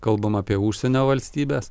kalbam apie užsienio valstybes